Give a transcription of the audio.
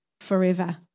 forever